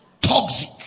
Toxic